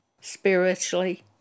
spiritually